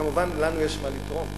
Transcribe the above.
כמובן, לנו יש מה לתרום.